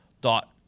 dot